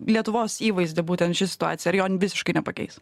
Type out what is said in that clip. lietuvos įvaizdį būtent ši situacija ar jo visiškai nepakeis